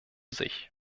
sich